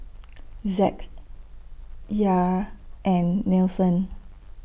Zack Yair and Nelson